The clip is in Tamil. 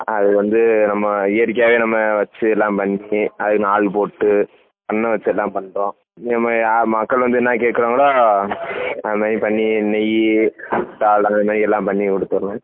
அது வந்து நம்ம இயற்கையாகவே நம்ம வைச்சு எல்லாம் பண்ணி அது ஆள் போட்டு பண்ண வைச்சு எல்லாம் பண்ணுறோம் இங்கே ம இ அ மக்கள் வந்து என்னா கேட்குறாங்களோ அது மாதிரி பண்ணி நெய் டால் அந்த மாரி எல்லாம் பண்ணி கொடுத்துர்றோம்